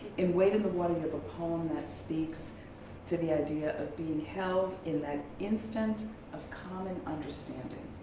in wade in the water you have a poem that speaks to the idea of being held in that instant of common understanding.